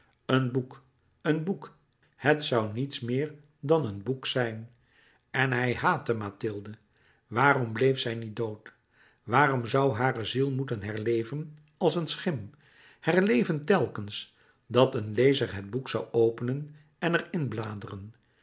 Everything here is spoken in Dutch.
een boek een boek het zoû niets meer dan een boek zijn en hij haatte mathilde waarom bleef zij niet dood waarom zoû hare ziel moeten herleven als een schim herleven telkens dat een lezer het boek zoû openen en er in bladeren